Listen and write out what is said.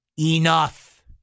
Enough